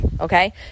okay